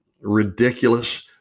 ridiculous